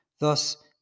thus